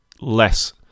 less